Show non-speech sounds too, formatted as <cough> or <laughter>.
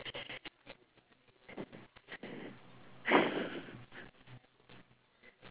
<laughs>